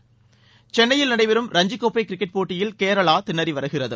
net சென்னையில் நடைபெறும் ரஞ்சிக்கோப்பை கிரிக்கெட் போட்டியில் கேரளா திணறி வருகிறது